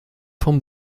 vom